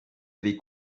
avez